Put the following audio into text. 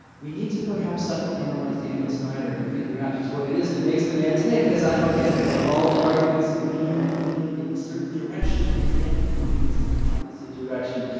we need to perhaps psychoanalyze daniel snyder and figure out just what it is that makes the man tick cause i don't get it. all the arguments lean, you know, in a certain direction, and yet he leans in the opposite direction.